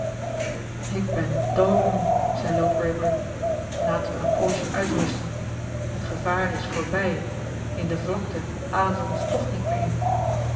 ik ben doodmoe zei lord greybury laten we een poosje uitrusten het gevaar is voorbij in de vlakte halen ze ons toch niet meer in